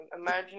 Imagine